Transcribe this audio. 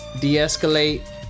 de-escalate